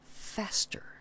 faster